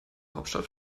hauptstadt